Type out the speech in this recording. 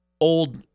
old